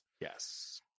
Yes